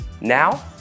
Now